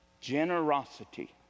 Generosity